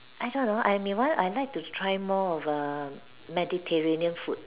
I don't know I may want I like to try more of err Mediterranean food